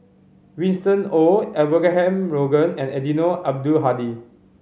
Winston Oh Abraham Logan and Eddino Abdul Hadi